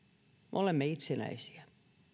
me olemme itsenäisiä